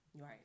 Right